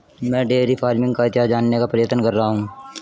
मैं dairy farming का इतिहास जानने का प्रयत्न कर रहा हूं